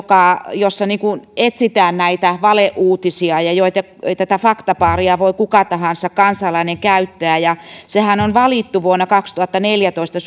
jossa etsitään näitä valeuutisia tätä faktabaaria voi kuka tahansa kansalainen käyttää sehän on valittu vuonna kaksituhattaneljätoista